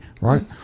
right